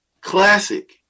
Classic